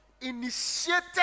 Initiated